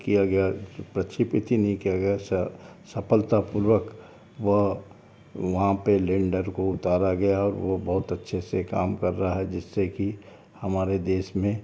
किया गया प्रक्षेपित ही नहीं किया गया सफलता पूर्वक वो वहाँ पे लैंडर को उतारा गया और वो बहुत अच्छे से काम कर रहा है जिससे की हमारे देश में